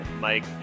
Mike